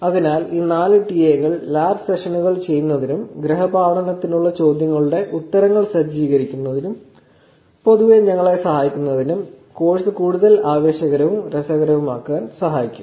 അതിനാൽ ഈ നാല് ടിഎകൾ ലാബ് സെഷനുകൾ ചെയ്യുന്നതിനും ഗൃഹപാഠത്തിനുള്ള ചോദ്യങ്ങളുടെ ഉത്തരങ്ങൾ സജ്ജീകരിക്കുന്നതിനും പൊതുവെ ഞങ്ങളെ സഹായിക്കുന്നതിനും കോഴ്സ് കൂടുതൽ ആവേശകരവും രസകരവുമാക്കാൻ സഹായിക്കും